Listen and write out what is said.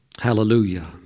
Hallelujah